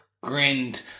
grinned